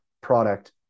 product